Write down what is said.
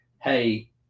hey